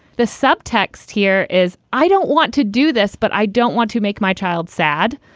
the subtext here is i don't want to do this, but i don't want to make my child sad.